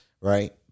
right